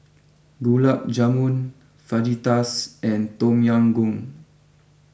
Gulab Jamun Fajitas and Tom Yum Goong